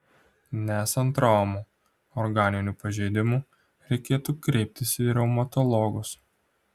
nesant traumų organinių pažeidimų reikėtų kreiptis į reumatologus